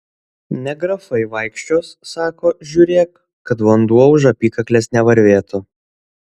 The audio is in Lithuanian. ne grafai vaikščios sako žiūrėk kad vanduo už apykaklės nevarvėtų